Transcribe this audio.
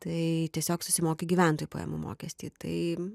tai tiesiog susimoki gyventojų pajamų mokestį tai